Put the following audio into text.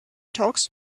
talks